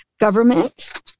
government